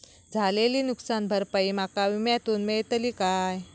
झालेली नुकसान भरपाई माका विम्यातून मेळतली काय?